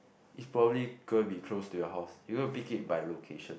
it's probably gonna be close to your house you're gonna pick it by location